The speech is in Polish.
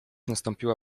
nastąpiła